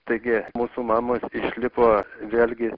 taigi mūsų mamos išlipo vėlgi